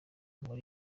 muri